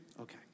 Okay